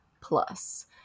Plus